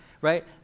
right